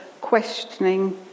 questioning